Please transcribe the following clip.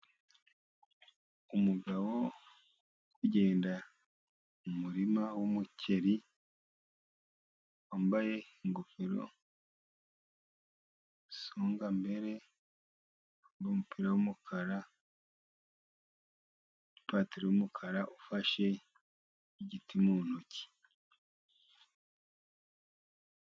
Umugabo uri kugenda mu murima w'umuceri, wambaye ingofero songambere, n'umupira w'umukara, n'ipataro y'umukara, ufashe igiti mu ntoki.